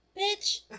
Bitch